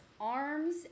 arms